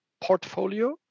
portfolio